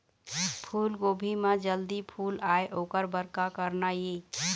फूलगोभी म जल्दी फूल आय ओकर बर का करना ये?